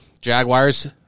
Jaguars